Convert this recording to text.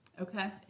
Okay